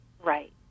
Right